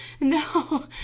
no